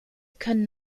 können